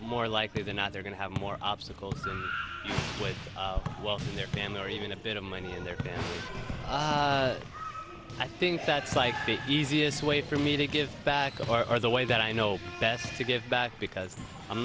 more likely than not they're going to have more obstacles with wealth in their family or even a bit of money in there i think that's like the easiest way for me to give back are the way that i know best to give back because i'm